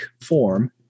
form